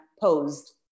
posed